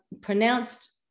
pronounced